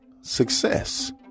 success